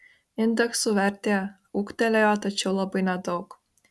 indeksų vertė ūgtelėjo tačiau labai nedaug